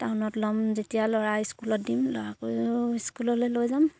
টাউনত ল'ম যেতিয়া ল'ৰা ইস্কুলত দিম ল'ৰাকৈ ইস্কুললে লৈ যাম